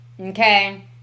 Okay